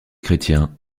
chrétien